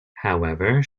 however